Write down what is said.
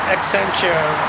Accenture